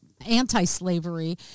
anti-slavery